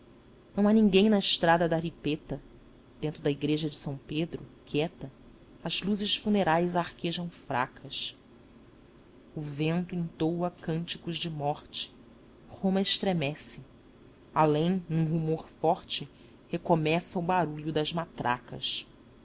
não há ninguém na estrada da ripetta dentro da igreja de são pedro quieta as luzes funerais arquejam fracas o vento entoa cânticos de morte roma estremece além num rumor forte recomeça o barulha das matracas